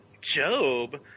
Job